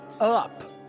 up